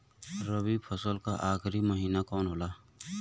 रवि फसल क आखरी महीना कवन होला?